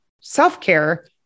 self-care